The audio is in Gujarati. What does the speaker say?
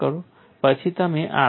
પછી તમે આરામ લો છો